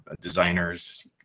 designers